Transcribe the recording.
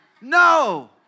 No